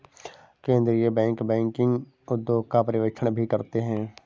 केन्द्रीय bank banking उद्योग का पर्यवेक्षण भी करते हैं